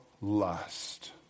lust